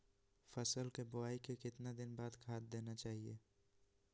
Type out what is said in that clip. फसल के बोआई के कितना दिन बाद खाद देना चाइए?